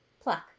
pluck